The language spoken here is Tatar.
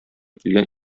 килгән